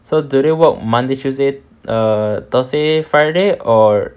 so do they work monday tuesday err thursday friday or